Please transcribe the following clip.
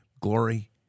glory